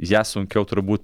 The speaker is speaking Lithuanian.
ją sunkiau turbūt